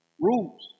Rules